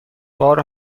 بار